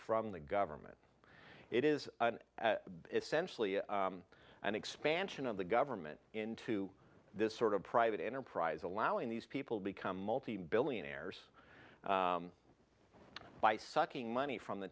from the government it is essentially an expansion of the government into this sort of private enterprise allowing these people become multibillionaires by sucking money from the